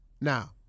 Now